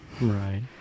Right